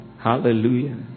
Hallelujah